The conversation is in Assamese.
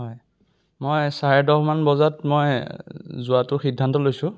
হয় মই চাৰে দহমান বজাত মই যোৱাতো সিদ্ধান্ত লৈছোঁ